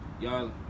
Y'all